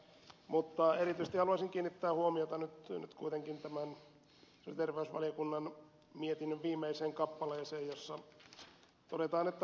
mutta erityisesti haluaisin kiinnittää huomiota nyt kuitenkin tämän sosiaali ja terveysvaliokunnan mietinnön viimeiseen kappaleeseen jossa todetaan